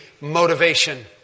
motivation